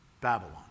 Babylon